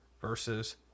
versus